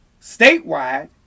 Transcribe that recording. Statewide